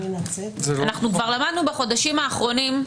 אנחנו כבר למדנו בחודשים האחרונים,